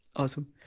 awesome.